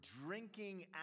drinking